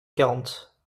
quarante